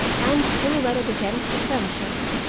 and silhouetted against the sunshine,